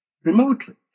remotely